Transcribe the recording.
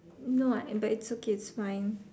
no I but it's okay it's fine